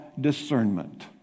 discernment